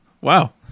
Wow